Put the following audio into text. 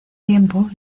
tiempo